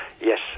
yes